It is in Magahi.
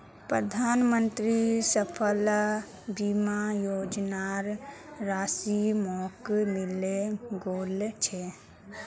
प्रधानमंत्री फसल बीमा योजनार राशि मोक मिले गेल छै